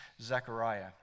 Zechariah